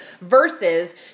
versus